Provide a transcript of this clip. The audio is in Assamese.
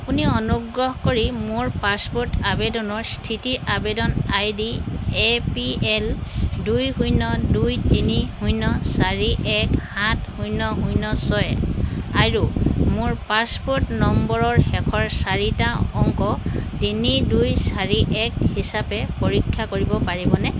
আপুনি অনুগ্ৰহ কৰি মোৰ পাছপোৰ্ট আবেদনৰ স্থিতি আবেদন I D A P L দুই শূন্য দুই তিনি শূন্য চাৰি এক সাত শূন্য শূন্য ছয় আৰু মোৰ পাছপোৰ্ট নম্বৰৰ শেষৰ চাৰিটা অংক তিনি দুই চাৰি এক হিচাপে পৰীক্ষা কৰিব পাৰিবনে